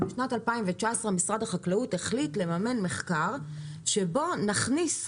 בשנת 2019 משרד החקלאות החליט לממן מחקר שבו נכניס בחזרה,